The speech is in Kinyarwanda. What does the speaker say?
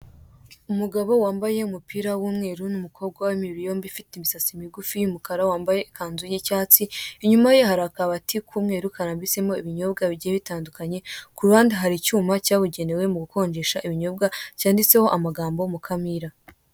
Umugabo wambaye umupira w'umweru n'umukobwa w'imibiri yombi ufite imisatsi migufi y'umukara wambaye ikanzu y'icyatsi, inyuma ye hari akabati k'umweru karambitsemo ibinyobwa bigiye bitandukanye kuruhande hari icyuma cyabugenewe mu gukonjesha ibinyobwa cyanditseho Mukamira.